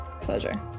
Pleasure